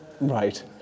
Right